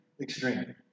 extreme